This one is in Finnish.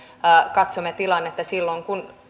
katsomme tilannetta silloin